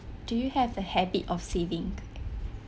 do you have the habit of saving